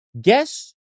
guess